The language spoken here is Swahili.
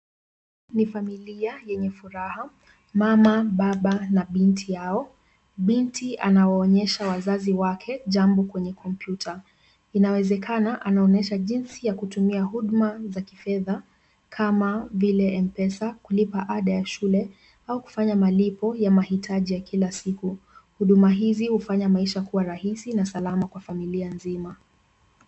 Ni familia yenye furaha, mama, baba na binti yao, binti anawaonyesha wazazi wake jambo kwenye kompyuta. Inawezekana anaonyesha jinsi ya kutumia huduma za kifedha kama vile M-Pesa, kulipa ada ya shule au kufanya malipo ya mahitaji ya kila siku. Huduma hizi hufanya maisha kuwa rahisi na salama kwa familia nzima.